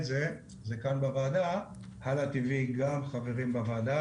זה הוא כאן בוועדה "הלאtv " גם חברים בוועדה.